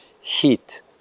heat